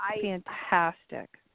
fantastic